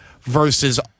versus